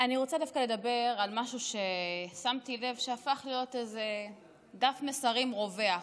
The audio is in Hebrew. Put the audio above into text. אני רוצה לדבר דווקא על משהו ששמתי לב שהפך להיות דף מסרים רווח,